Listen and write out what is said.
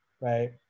right